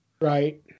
Right